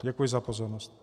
Děkuji za pozornost.